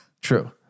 True